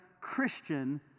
Christian